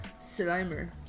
Slimer